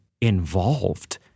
involved